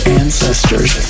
ancestors